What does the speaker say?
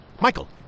Michael